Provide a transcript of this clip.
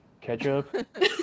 ketchup